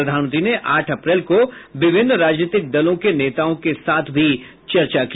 प्रधानमंत्री ने आठ अप्रैल को विभिन्न राजनीतिक दलों के नेताओं के साथ भी चर्चा की